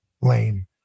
lame